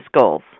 goals